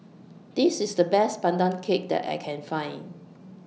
This IS The Best Pandan Cake that I Can Find